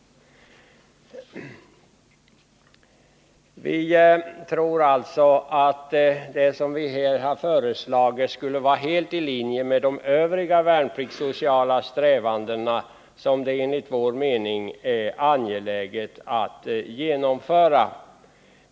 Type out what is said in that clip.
Vi tror alltså att det som vi här föreslagit skulle ligga helt i linje med de övriga värnpliktssociala strävandena, som det enligt vår mening är angeläget att genomföra.